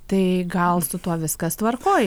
tai gal su tuo viskas tvarkoj